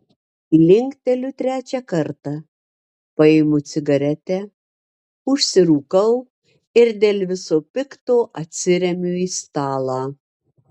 linkteliu trečią kartą paimu cigaretę užsirūkau ir dėl viso pikto atsiremiu į stalą